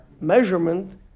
measurement